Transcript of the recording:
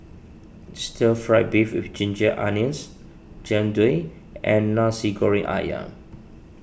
Stir Fry Beef with Ginger Onions Jian Dui and Nasi Goreng Ayam